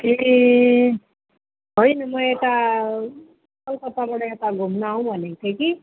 ए होइन म यता कलकत्ताबाट यता घुम्नु आउँ भनेको थिएँ कि